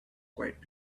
quite